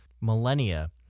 millennia